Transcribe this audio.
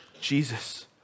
Jesus